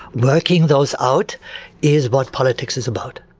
working those out is what politics is about.